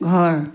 ঘৰ